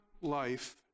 life